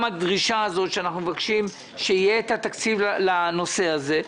גם הדרישה שאנחנו מבקשים שיהיה את התקציב לנושא הזה.